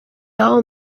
all